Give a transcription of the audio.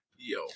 Yo